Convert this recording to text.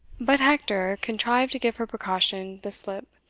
but hector contrived to give her precaution the slip,